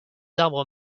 arbres